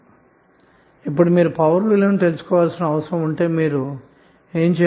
సరే ఇప్పుడు పవర్ విలువను తెలుసుకోవాలనుకొంటే ఏమి చేస్తారు